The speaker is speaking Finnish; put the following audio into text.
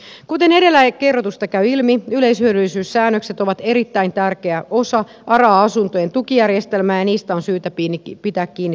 kuten edellä kerrotusta käy ilmi yleishyödyllisyyssäännökset ovat erittäin tärkeä osa ara asuntojen tukijärjestelmää ja niistä on syytä pitää kiinni tulevaisuudessakin